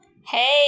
hey